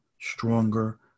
stronger